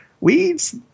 Weeds